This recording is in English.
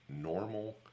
normal